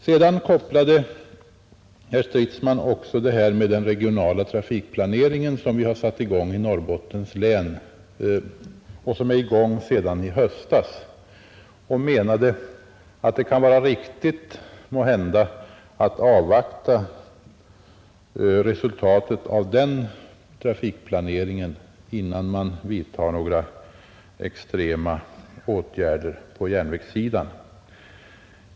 Herr Stridsman talade också om den regionala trafikplaneringen som vi har satt i gång i Norrbottens län och som pågår sedan i höstas. Han menade att det måhända kan vara riktigt att avvakta resultatet av den trafikplaneringen innan man vidtar några extrema åtgärder på järnvägssidan.